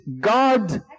God